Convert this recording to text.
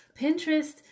Pinterest